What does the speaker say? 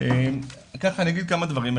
אני אגיד כמה דברים.